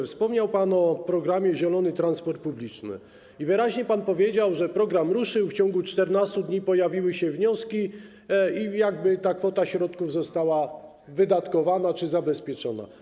Wspomniał pan o programie „Zielony transport publiczny” i wyraźnie pan powiedział, że program ruszył, w ciągu 14 dni pojawiły się wnioski i ta kwota środków została wydatkowana czy zabezpieczona.